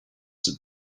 that